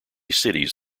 cities